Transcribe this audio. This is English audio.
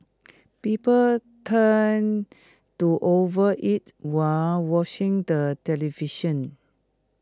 people tend to overeat while watching the television